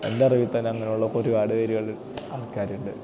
എൻ്റെ അറിവില്ത്തന്നെ അങ്ങനെയുള്ള ഒരുപാട് പേരുകള് ആൾക്കാരുണ്ട്